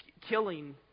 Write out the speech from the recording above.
killing